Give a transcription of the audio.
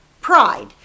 pride